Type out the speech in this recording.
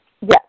Yes